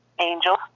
Angel